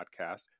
podcast